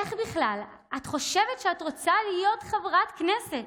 איך בכלל את חושבת שאת יכולה להיות חברת כנסת,